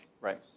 Right